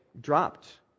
dropped